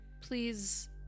Please